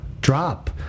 drop